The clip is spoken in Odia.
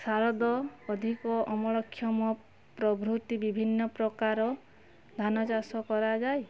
ଶାରଦ ଅଧିକ ଅମଳକ୍ଷମ ପ୍ରଭୃତି ବିଭିନ୍ନ ପ୍ରକାର ଧାନଚାଷ କରାଯାଏ